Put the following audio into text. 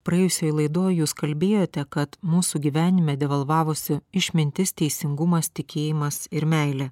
praėjusioj laidoj jūs kalbėjote kad mūsų gyvenime devalvavosi išmintis teisingumas tikėjimas ir meilė